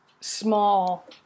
small